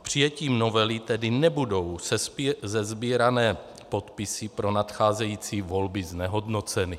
Přijetím novely tedy nebudou sesbírané podpisy pro nadcházející volby znehodnoceny.